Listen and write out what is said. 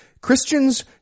Christians